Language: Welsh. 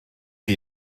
chi